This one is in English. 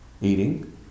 Eating